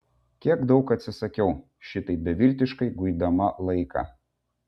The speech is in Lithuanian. kiek daug atsisakiau šitaip beviltiškai guidama laiką